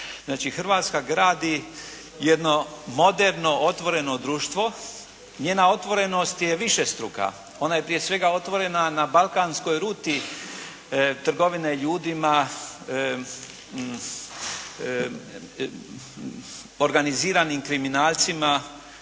Hrvatska gradi jedno moderno, otvoreno društvo. Njena otvorenost je višestruka. Ona je prije svega otvorena na balkanskoj ruti trgovine ljudima, organiziranim kriminalcima,